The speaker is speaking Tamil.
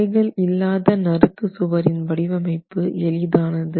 துளைகள் இல்லாத நறுக்கு சுவரின் வடிவமைப்பு எளிதானது